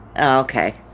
Okay